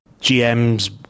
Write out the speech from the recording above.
gm's